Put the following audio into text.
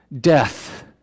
Death